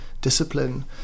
discipline